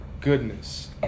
goodness